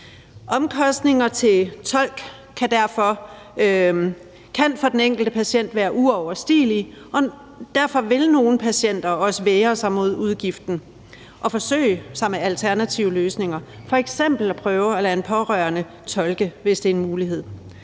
Omkostninger til tolk kan for den enkelte patient være uoverstigelige, og derfor vil nogle patienter også vægre sig mod udgiften og forsøge sig med alternative løsninger, f.eks. at prøve at lade en pårørende tolke, hvis det er en mulighed.